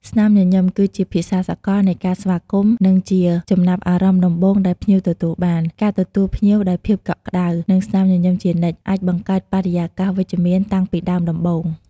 ស្នាមញញឹម គឺជាភាសាសកលនៃការស្វាគមន៍ និងជាចំណាប់អារម្មណ៍ដំបូងដែលភ្ញៀវទទួលបាន ការទទួលភ្ញៀវដោយភាពកក់ក្តៅ និងស្នាមញញឹមជានិច្ច អាចបង្កើតបរិយាកាសវិជ្ជមានតាំងពីដើមដំបូង។